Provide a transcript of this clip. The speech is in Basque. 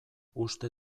uste